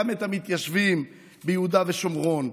גם את המתיישבים ביהודה ושומרון,